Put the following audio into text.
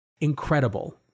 incredible